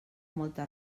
molta